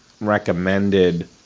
recommended